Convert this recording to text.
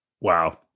Wow